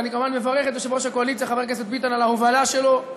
ואני כמובן מברך את יושב-ראש הקואליציה חבר הכנסת ביטן על ההובלה שלו,